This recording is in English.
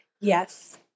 yes